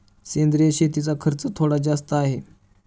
सेंद्रिय शेतीचा खर्च थोडा जास्त आहे